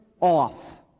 off